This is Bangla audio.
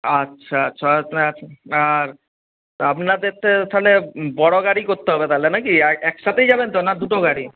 আচ্ছা আর আপনাদের তো তাহলে বড়ো গাড়ি করতে হবে তাহলে না কি আর একসাথেই যাবেন তো না দুটো গাড়ি